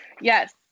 Yes